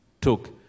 took